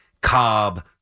Cobb